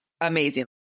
amazing